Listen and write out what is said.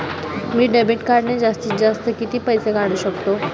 मी debit कार्डने जास्तीत जास्त किती पैसे काढू शकतो?